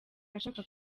ashaka